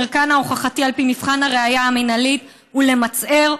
שערכן ההוכחתי על פי מבחן הראיה המינהלי הוא למצער,